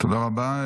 תודה רבה.